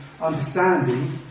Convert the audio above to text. understanding